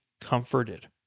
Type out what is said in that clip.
comforted